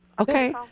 Okay